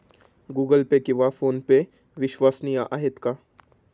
Google Pay किंवा फोनपे विश्वसनीय आहेत का?